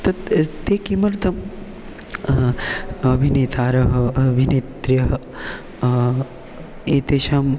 तत् तस् ते किमर्थम् अभिनेतारः अभिनेत्र्यः एतेषां